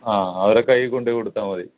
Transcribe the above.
ആ അവരെ കൈയിൽ കൊണ്ടു പോയി കൊടുത്താൽ മതി